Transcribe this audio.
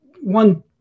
one